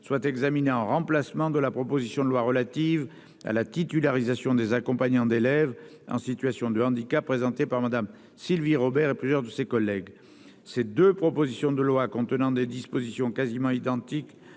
soit examinée en remplacement de la proposition de loi relative à la titularisation des accompagnants d'élèves en situation de handicap et des assistants d'éducation, présentée par Mme Sylvie Robert et plusieurs de ses collègues. Ces deux propositions de loi contenant des dispositions quasiment identiques,